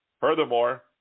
Furthermore